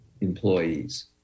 employees